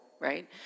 right